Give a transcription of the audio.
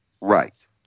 Right